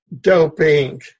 doping